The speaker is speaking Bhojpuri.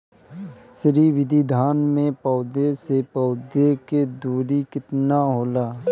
श्री विधि धान में पौधे से पौधे के दुरी केतना होला?